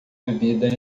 bebida